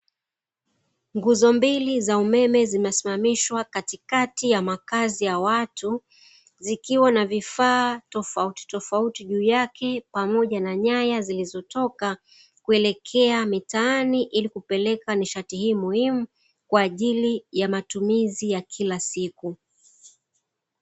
Nguzo mbili za umeme zimesimamishwa katikati ya makazi ya watu zikiwa na vifaa tofautitofauti juu yake, pamoja na nyaya zilizotoka kuelekea mitaani ilikupelea nishati hii muhimu kwa ajili ya matumizi ya kila siku.